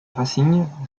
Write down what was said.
racing